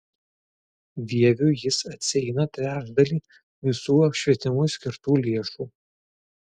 vieviui jis atsieina trečdalį visų apšvietimui skirtų lėšų